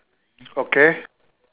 okay